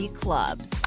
clubs